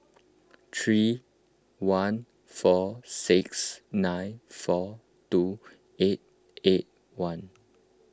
three one four six nine four two eight eight one